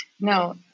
No